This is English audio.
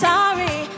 Sorry